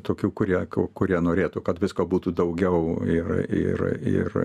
tokių kurie kurie norėtų kad visko būtų daugiau ir ir ir